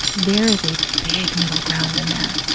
there is a big middle ground in there,